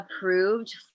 approved